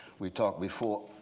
we talked before,